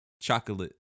chocolate